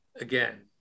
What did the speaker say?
again